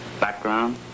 Background